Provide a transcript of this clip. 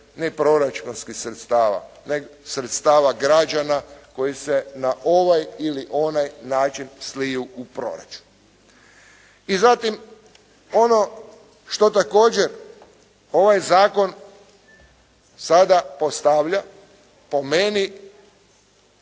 neproračunskih sredstava nego sredstava građana koji se na ovaj ili onaj način sliju u proračun. I zatim ono što također ovaj zakon sada postavlja, po meni